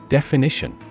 Definition